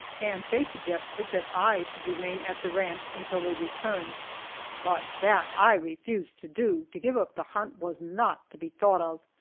and faye suggested that i should remain at the ranch until they returned but that i refused to do to give up the hunt was not to be thought of,